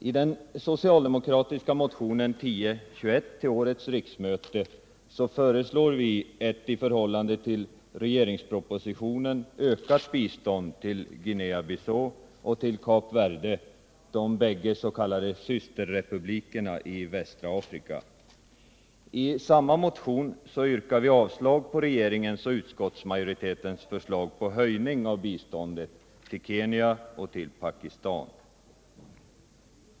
I den socialdemokratiska motionen 1021 till årets riksmöte föreslår vi ett i förhållande till regeringspropositionen ökat bistånd till Guinea Bissau och Kap Verde, de båda s.k. systerrepublikerna i västra Afrika. I samma motion yrkar vi avslag på regeringens och utskottsmajoritetens förslag till höjning av biståndet till Kenya och Pakistan.